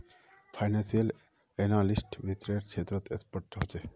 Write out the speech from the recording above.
financial analyst वित्त्तेर क्षेत्रत expert ह छे